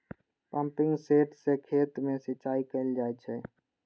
pumping set सं खेत मे सिंचाई कैल जाइ छै